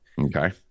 Okay